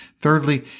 thirdly